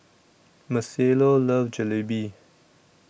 Marcelo loves Jalebi